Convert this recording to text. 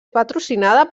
patrocinada